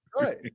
right